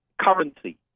currency